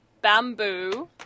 Bamboo